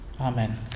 Amen